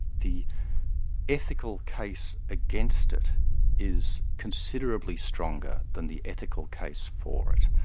the ethical case against it is considerably stronger than the ethical case for it.